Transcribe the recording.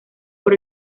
por